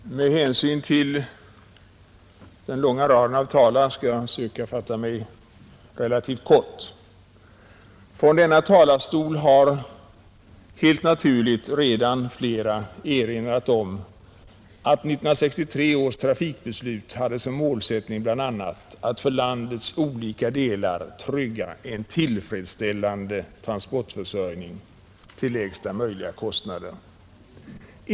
Herr talman! Med hänsyn till den långa raden av talare skall jag försöka fatta mig kort. Från denna talarstol har helt naturligt redan flera ledamöter erinrat om att 1963 års trafikbeslut hade som målsättning bl.a. att för landets olika delar trygga en tillfredsställande transportförsörjning till lägsta möjliga kostnader.